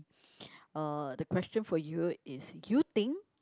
uh the question for you is you think